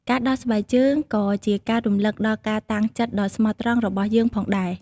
ការដោះស្បែកជើងក៏ជាការរំឭកដល់ការតាំងចិត្តដ៏ស្មោះត្រង់របស់យើងផងដែរ។